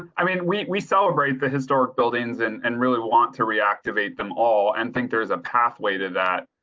i mean, we we celebrate the historic buildings and and really want to reactivate them all and think there's a pathway to that.